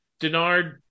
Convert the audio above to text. Denard